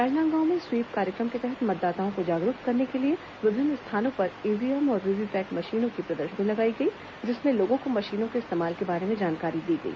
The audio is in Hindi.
राजनादगांव में स्वीप कार्यक्रम के तहत मतदाताओं को जागरूक करने के लिए विभिन्न स्थानों पर ईव्हीएम और वीवीपैट मशीनों की प्रदर्शनी लगाई गई जिसमें लोगों को मशीनों के इस्तेमाल के बारे में जानकारी दी गई